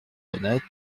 honnête